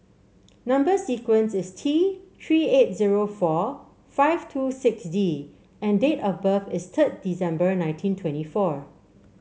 number sequence is T Three eight zero four five two six D and date of birth is third December nineteen twenty four